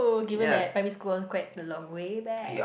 given that primary school was quite a long way back